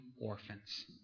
orphans